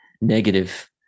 negative